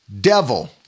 devil